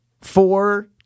four